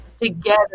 together